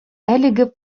әлеге